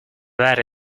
that